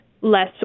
less